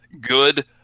good